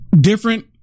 different